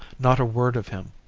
not a word of him.